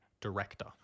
director